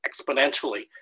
exponentially